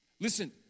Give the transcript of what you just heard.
Listen